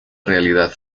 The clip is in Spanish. realidad